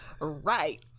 right